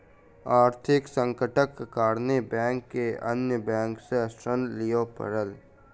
आर्थिक संकटक कारणेँ बैंक के अन्य बैंक सॅ ऋण लिअ पड़ल